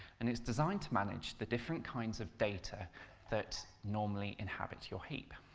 and it's designed to manage the different kinds of data that normally inhabit your heap.